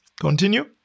Continue